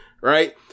right